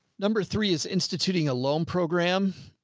number three is instituting a loan program.